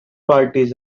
parties